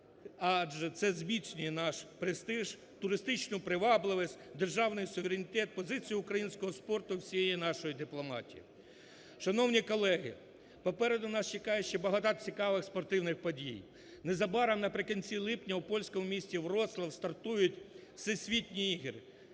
Адже це зміцнює наш престиж, туристичну привабливість, державний суверенітет, позицію українського спорту, всієї нашої дипломатії. Шановні колеги, попереду наш чекає ще багато цікавих спортивних подій. Незабаром наприкінці липня у польському місті Вроцлав стартують Всесвітні ігри.